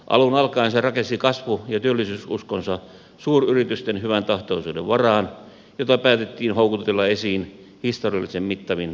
alun alkaen se rakensi kasvu ja työllisyysuskonsa suuryritysten hyväntahtoisuuden varaan jota päätettiin houkutella esiin historiallisen mittavin veronkevennyksin